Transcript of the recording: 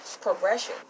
progression